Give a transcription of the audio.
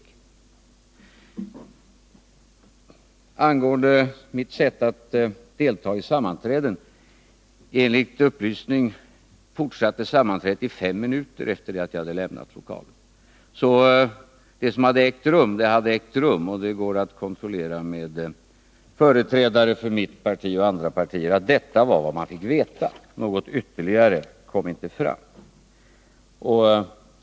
Så ett par ord angående mitt sätt att delta i sammanträden. Enligt upplysning fortsatte sammanträdet i fem minuter efter det jag hade lämnat lokalen. Så det som hade ägt rum, det hade ägt rum. Det går att kontrollera med företrädare för mitt parti och andra partier att detta var vad man fick veta. Något ytterligare kom inte fram.